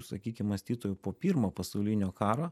sakykim mąstytojų po pirmo pasaulinio karo